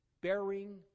Bearing